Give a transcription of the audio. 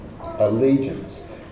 Allegiance